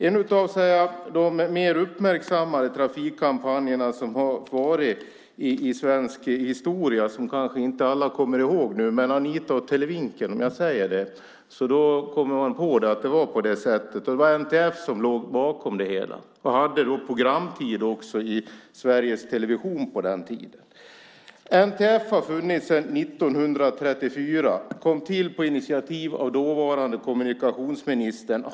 En av de mer uppmärksammade trafikkampanjerna i svensk historia, som kanske inte alla kommer ihåg nu, var med Anita och Televinken. Det var NTF som låg bakom det hela. NTF hade programtid i Sveriges Television på den tiden. NTF har funnits sedan 1934 och kom till på initiativ av dåvarande kommunikationsministern.